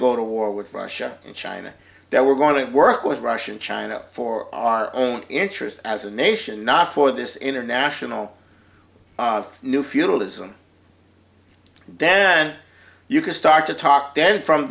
go to war with russia and china that we're going to work with russia and china for our own interest as a nation not for this international new feudalism then you can start to talk then from